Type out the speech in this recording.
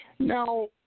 Now